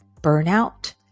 burnout